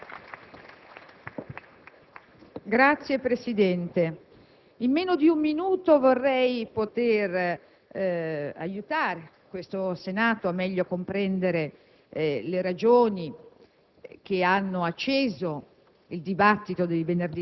Signor Presidente, in meno di un minuto vorrei poter aiutare questo Senato a meglio comprendere le ragioni